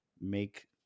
make